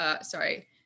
sorry